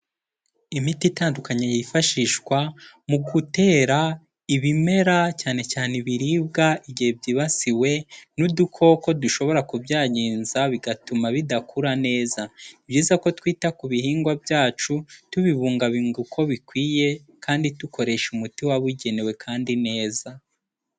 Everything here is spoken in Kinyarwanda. Imiti itandukanye yifashishwa mu gutera ibimera, cyane cyane ibiribwa igihe byibasiwe n'udukoko dushobora kubyangiza bigatuma bidakura neza, ni byiza ko twita ku bihingwa byacu tubibungabunga uko bikwiye, kandi dukoresha umuti wabugenewe kandi neza.